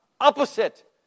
opposite